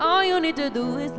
oh you need to do i